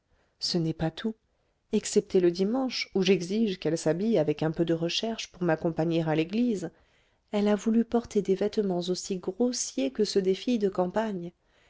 ce n'est pas tout excepté le dimanche où j'exige qu'elle s'habille avec un peu de recherche pour m'accompagner à l'église elle a voulu porter des vêtements aussi grossiers que ceux des filles de campagne